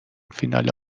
فینال